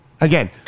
again